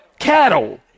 Cattle